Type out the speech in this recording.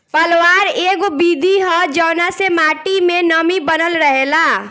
पलवार एगो विधि ह जवना से माटी मे नमी बनल रहेला